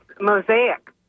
Mosaic